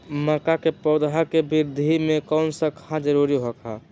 मक्का के पौधा के वृद्धि में कौन सा खाद जरूरी होगा?